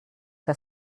que